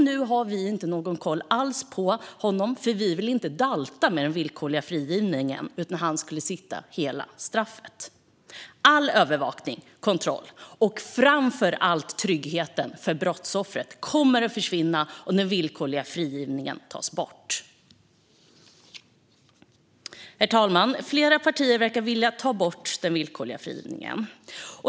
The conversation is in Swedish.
Nu har vi inte någon koll alls på honom, för vi ville inte dalta med villkorlig frigivning, utan han skulle sitta hela straffet. All övervakning och kontroll och framför allt tryggheten för brottsoffret kommer att försvinna om den villkorliga frigivningen tas bort. Herr talman! Flera partier verkar vilja ta bort den villkorliga frigivningen.